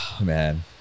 Man